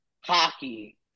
hockey